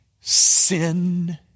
sin